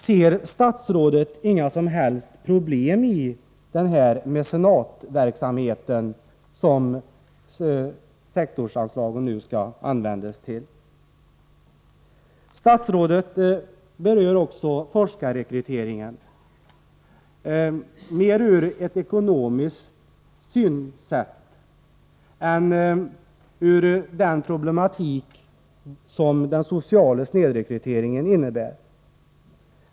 Ser statsrådet inga som helst problem med denna mecenatverksamhet, som sektorsanslagen nu skall användas till? Statsrådet berör också forskarrekryteringen. Han ser denna mest ur ett ekonomiskt synsätt och nämner inte den problematik som den sociala snedrekryteringen innebär.